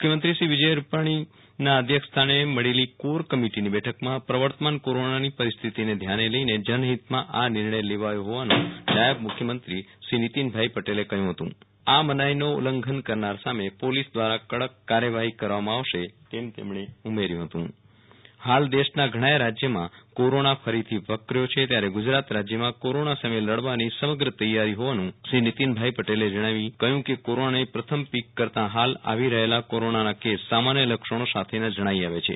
મુખ્યમંત્રી શ્રી વિજયભાઇ રૂપાણીના અધ્યક્ષ સ્થાને મળેલી કોર કમિટીની બેઠકમાં પ્રવર્તમાન કોરોનાની પરિસ્થિતીને ધ્યાને લઇને જનહિતમાં આ નિર્ણય લેવાયો હોવાનું નાયબ મુખ્યમંત્રી શ્રી નીતિનભાઇ પટેલે કહ્યું હતુ આ મનાઇ નો ઉલ્લંધન કરનાર સામે પોલીસ દ્વારા કડક કાર્યવાહી કરવામાં આવશે તેમ તેમણે ઉમેર્યું હતુ હાલ દેશના ઘણાંય રાજ્યમાં કોરોના ફરીથી વકર્યો છે ત્યારે ગુજરાત રાજ્યમાં કોરોના સામે લડવાની સમગ્ર તૈયારી હોવાનું શ્રી નીતિનભાઇ પટેલે જણાવી કહ્યું કે કોરોનાની પ્રથમ પીક કરતા હાલ આવી રહેલા કોરોનાના કેસ સામાન્ય લક્ષણો સાથેના જણાઇ આવે છે